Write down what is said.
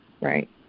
right